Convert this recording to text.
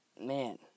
man